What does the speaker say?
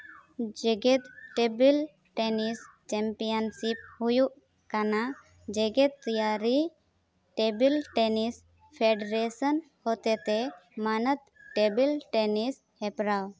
ᱡᱮᱜᱮᱫ table tennis championship ᱦᱩᱭᱩᱜ ᱠᱟᱱᱟ ᱡᱮᱜᱮᱫ ᱛᱮᱭᱟᱨᱤ ᱴᱮᱵᱤᱞ ᱴᱮᱱᱤᱥ ᱯᱷᱮᱰᱟᱨᱮᱥᱚᱱ ᱦᱚᱛᱮ ᱛᱮ ᱢᱟᱱᱚᱛ ᱴᱮᱵᱤᱞ ᱴᱮᱱᱤᱥ ᱦᱮᱯᱨᱟᱣ